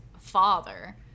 father